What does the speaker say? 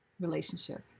relationship